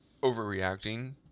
overreacting